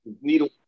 needle